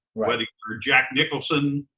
whether you're jack nicholson,